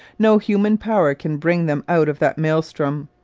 no human power can bring them out of that maelstrom!